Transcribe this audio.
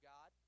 God